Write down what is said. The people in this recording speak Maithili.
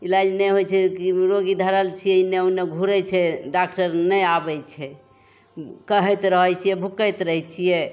इलाज नहि होइ छै कि ओ रोगी धरल छै एन्ने ओन्ने घुरै छै डाकटर नहि आबै छै कहैत रहै छिए भुकैत रहै छिए